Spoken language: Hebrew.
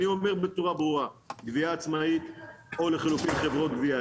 אני אומר בצורה ברורה: גבייה עצמאית או לחילופין חברות גבייה.